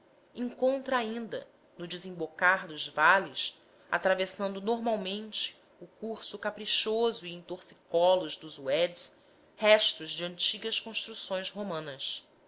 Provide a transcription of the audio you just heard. encontra ainda no desembocar dos vales atravessando normalmente o curso caprichoso e em torcicolos dos uedes restos de antigas construções romanas